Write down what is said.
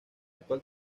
actual